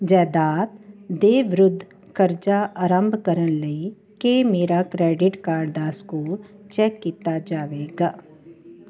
ਜਾਇਦਾਦ ਦੇ ਵਿਰੁੱਧ ਕਰਜ਼ਾ ਆਰੰਭ ਕਰਨ ਲਈ ਕੀ ਮੇਰਾ ਕਰੈਡਿਟ ਕਾਰਡ ਦਾ ਸਕੋਰ ਚੈੱਕ ਕੀਤਾ ਜਾਵੇਗਾ